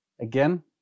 again